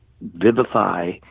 vivify